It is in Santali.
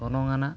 ᱜᱚᱱᱚᱝ ᱟᱱᱟᱜ